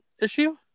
issue